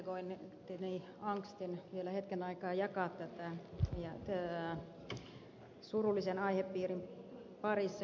ymmärrän kollegoitteni angstin vielä hetken aikaa jatkaa keskustelua täällä salissa tämän surullisen aihepiirin parissa